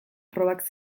probak